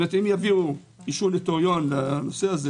אם יביאו אישור נוטריון לנושא הזה